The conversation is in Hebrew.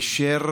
אישר